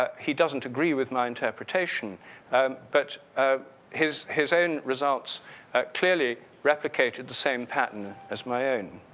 ah he doesn't agree with my interpretation but ah his his own results clearly replicated the same pattern as my own.